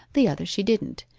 the other she didn't,